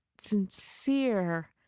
sincere